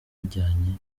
ijyanye